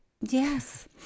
Yes